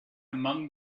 among